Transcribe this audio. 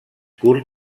curt